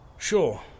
Sure